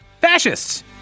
fascists